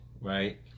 right